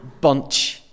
bunch